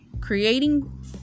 creating